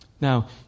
Now